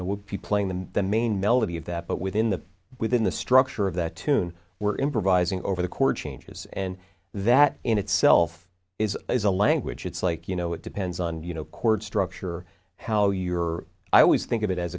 know we'll be playing the main melody of that but within the within the structure of that tune we're improvising over the chord changes and that in itself is a language it's like you know it depends on you know chord structure how you're i always think of it as